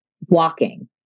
walking